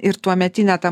ir tuometinė ta